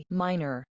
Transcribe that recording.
minor